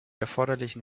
erforderlichen